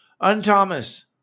Un-Thomas